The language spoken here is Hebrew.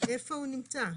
איפה הוא נמצא?